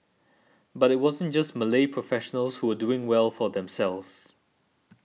but it wasn't just Malay professionals who were doing well for themselves